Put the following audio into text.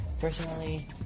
Personally